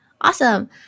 awesome